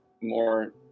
more